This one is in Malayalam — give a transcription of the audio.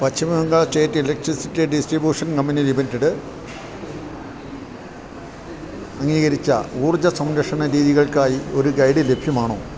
പശ്ചിമ Bengal state electricity distribution company limited അംഗീകരിച്ച ഊർജ്ജസംരക്ഷണ രീതികൾക്കായി ഒരു ഗൈഡ് ലഭ്യമാണോ